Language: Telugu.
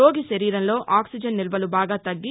రోగి శరీరంలో ఆక్సిజన్ నిల్వలు బాగా తగ్గి